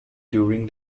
during